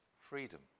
freedom